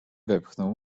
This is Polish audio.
wepchnął